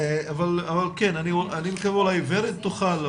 אולי ורד תוכל,